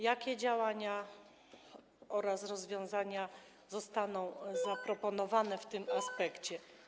Jakie działania oraz rozwiązania zostaną zaproponowane w tym aspekcie?